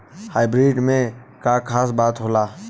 Hybrid में का खास बात होला?